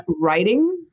writing